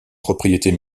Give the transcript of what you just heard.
propriétés